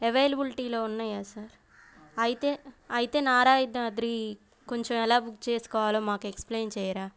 అవైలబులిటీలో ఉన్నాయా సార్ అయితే అయితే నారాయణాద్రి కొంచెం ఎలా బుక్ చేసుకోవాలో మాకు ఎక్స్ప్లయిన్ చేయరా